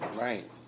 Right